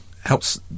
helps